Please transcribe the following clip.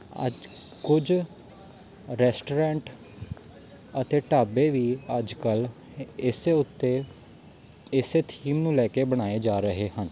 ਅੱਜ ਕੁਝ ਰੈਸਟੋਰੈਂਟ ਅਤੇ ਢਾਬੇ ਵੀ ਅੱਜ ਕੱਲ੍ਹ ਇਸ ਉੱਤੇ ਇਸ ਥੀਮ ਨੂੰ ਲੈ ਕੇ ਬਣਾਏ ਜਾ ਰਹੇ ਹਨ